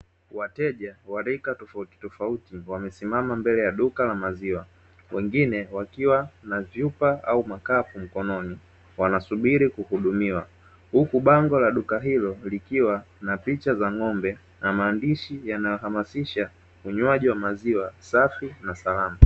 Wateja wa rika tofautitofauti wamesimama mbele ya duka la maziwa, wengine wakiwa na vyupa au makapu mkononi wanasubiri kuhudumiwa. Huku bango la duka hilo likiwa na picha za ng’ombe na maandishi yanayohamasisha unywaji wa maziwa safi na salama.